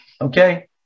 Okay